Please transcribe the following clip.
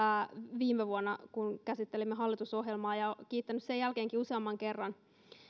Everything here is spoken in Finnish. viime vuonna kun käsittelimme hallitusohjelmaa ja olen kiittänyt sen jälkeenkin useamman kerran